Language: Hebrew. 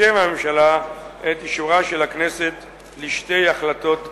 בשם הממשלה, את אישורה של הכנסת לשתי החלטות אלה.